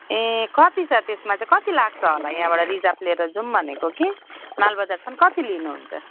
ए कति छ त्यसमा चाहिँ कति लाग्छ होला यहाँबाट रिजर्भ लिएर जाऊँ भनेको कि मालबजारसम्म कति लिनुहुन्छ